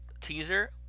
teaser